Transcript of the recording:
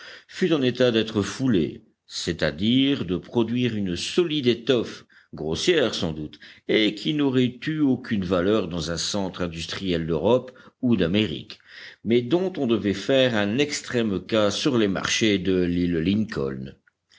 fut en état d'être foulée c'est-à-dire de produire une solide étoffe grossière sans doute et qui n'aurait eu aucune valeur dans un centre industriel d'europe ou d'amérique mais dont on devait faire un extrême cas sur les marchés de l'île lincoln